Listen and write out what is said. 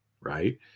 right